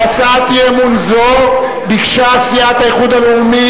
על הצעת אי-אמון זו ביקשה סיעת האיחוד הלאומי,